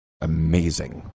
amazing